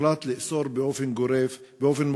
הוחלט לאסור באופן מוחלט